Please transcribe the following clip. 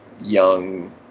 young